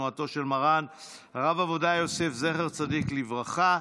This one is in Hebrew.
תנועתו של מרן הרב עובדיה יוסף זכר צדיק לברכה.